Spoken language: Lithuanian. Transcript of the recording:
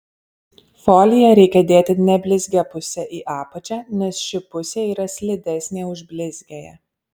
foliją reikia dėti neblizgia puse į apačią nes ši pusė yra slidesnė už blizgiąją